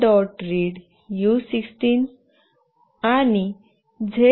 Read u16 Y